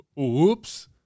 Oops